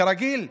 כרגיל.